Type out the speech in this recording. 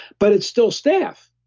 but it's still staph,